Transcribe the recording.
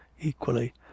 equally